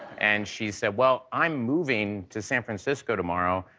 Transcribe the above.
and she said, well, i'm moving to san francisco tomorrow.